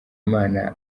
imana